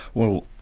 well,